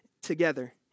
together